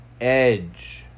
edge